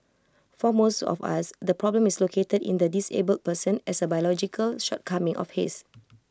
for most of us the problem is located in the disabled person as A biological shortcoming of his